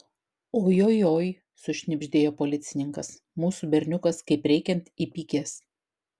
ojojoi sušnibždėjo policininkas mūsų berniukas kaip reikiant įpykęs